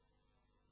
כן.